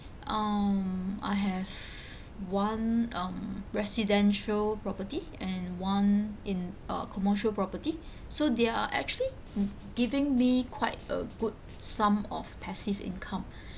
um I have one um residential property and one in a commercial property so they're actually giving me quite a good sum of passive income